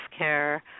healthcare